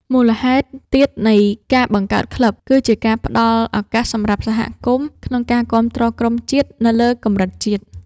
មូលហេតុទៀតនៃការបង្កើតក្លឹប គឺការផ្តល់ឱកាសសម្រាប់សហគមន៍ក្នុងការគាំទ្រក្រុមជាតិនៅលើកម្រិតជាតិ។